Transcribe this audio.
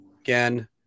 again